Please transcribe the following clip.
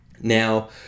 Now